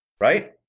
right